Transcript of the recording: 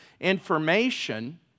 information